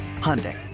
Hyundai